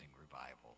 revival